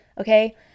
Okay